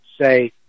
say